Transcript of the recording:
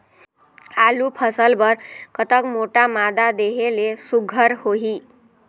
आलू फसल बर कतक मोटा मादा देहे ले सुघ्घर होही?